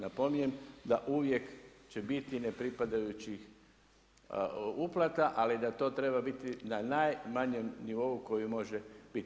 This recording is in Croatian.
Napominjem da uvijek će biti nepripadajućih uplata, ali da to treba biti najmanjem nivou koji može biti.